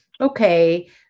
okay